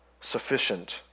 sufficient